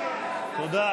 תודה,